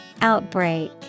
Outbreak